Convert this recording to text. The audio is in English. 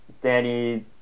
danny